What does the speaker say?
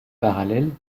parallèle